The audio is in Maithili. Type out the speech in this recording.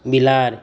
बिलाड़ि